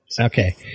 Okay